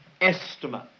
estimate